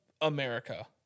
America